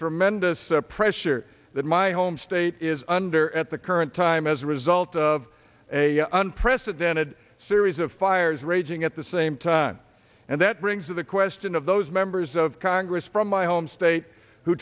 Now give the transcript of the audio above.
tremendous pressure that my home state is under at the current time as a result of a unprecedented series of fires raging at the same time and that brings to the question of those members of congress from my home state who